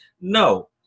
No